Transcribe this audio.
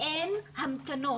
אין המתנות.